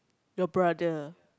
your brother